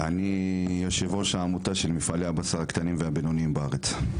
אני יושב ראש העמותה של מפעלי הבשר הקטנים והבינוניים בארץ.